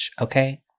okay